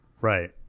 Right